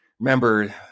Remember